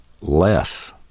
less